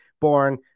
born